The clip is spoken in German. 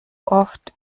oft